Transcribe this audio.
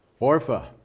Orpha